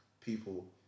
people